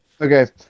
Okay